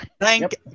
Thank